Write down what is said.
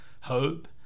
Hope